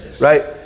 right